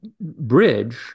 bridge